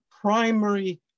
primary